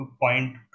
point